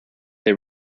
they